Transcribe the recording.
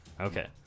Okay